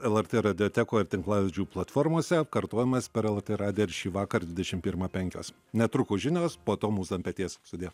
lrt radiotekoj ir tinklalaidžių platformose kartojimas per lrt radiją ir šįvakar dvidešim pirmą penkios netrukus žinios po to mūza ant peties sudie